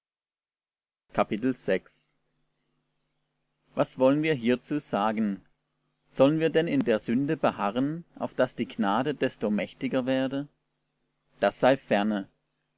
was wollen wir hierzu sagen sollen wir denn in der sünde beharren auf daß die gnade desto mächtiger werde das sei ferne